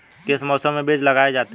किस मौसम में बीज लगाए जाते हैं?